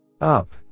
Up